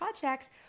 projects